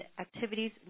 activities